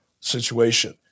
situation